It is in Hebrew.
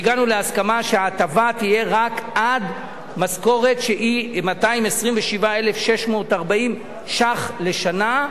והגענו להסכמה שההטבה תהיה רק עד משכורת שהיא 227,640 ש"ח לשנה,